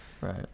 Right